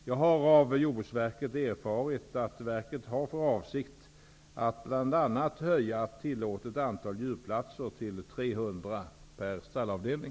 Jag har av Jordbruksverket erfarit att verket har för avsikt att bl.a. höja tillåtet antal djurplatser till 300 per stallavdelning.